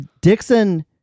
Dixon